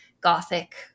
gothic